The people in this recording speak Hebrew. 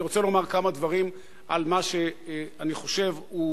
אני רוצה לומר כמה דברים על מה שאני חושב שהוא